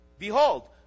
Behold